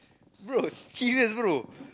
bro serious bro